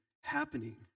happening